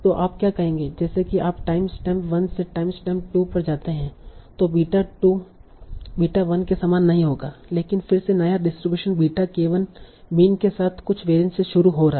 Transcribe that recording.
तो आप क्या कहेंगे जैसे कि आप टाइम स्टैम्प 1 से टाइम स्टैम्प 2 पर जाते है तों बीटा 2 बीटा 1 के समान नहीं होगा लेकिन फिर से नया डिस्ट्रीब्यूशन बीटा k1 मीन के साथ कुछ वेरीयंस से शुरू हो रहा है